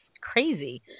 crazy